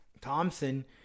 Thompson